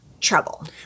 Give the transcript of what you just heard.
trouble